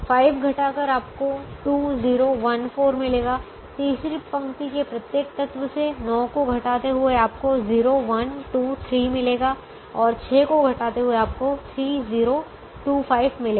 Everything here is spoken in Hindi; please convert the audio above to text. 5 घटाकर आपको 2 0 1 4 मिलेगा तीसरी पंक्ति के प्रत्येक तत्व से 9 को घटाते हुए आपको 0 1 2 3 मिलेगा और 6 को घटाते हुए आपको 3 0 2 5 मिलेगा